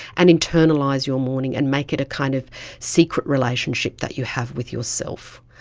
and internalise your mourning and make it a kind of secret relationship that you have with yourself.